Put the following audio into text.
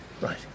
right